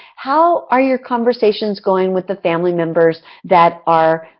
how are your conversations going with the family members that are